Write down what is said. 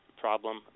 problem